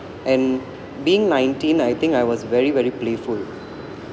and being nineteen I think I was very very playful